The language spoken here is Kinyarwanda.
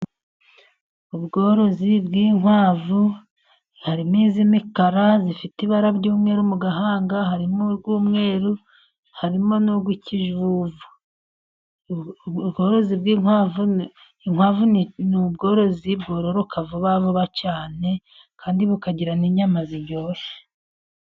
Ubworozi bw'inkwavu, hari n'iz'imikara zifite ibara ry'umweru mu gahanga, harimo urw'umweru, harimo n'urw'ikijuju. Ubworozi bw'inkwavu, ni ubworozi bwororoka vuba vuba cyane, kandi bukagira n'inyama ziryoshye.